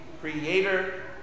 creator